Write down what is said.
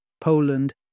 Poland